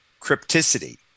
crypticity